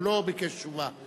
הוא לא ביקש תשובה.